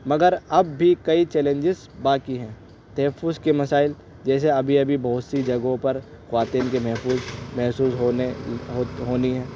مگر اب بھی کئی چیلینجز باقی ہیں تحفظ کے مسائل جیسے ابھی ابھی بہت سی جگہوں پر خواتین کے محفوظ محسوس ہونے ہونی ہے